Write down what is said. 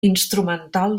instrumental